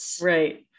Right